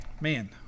man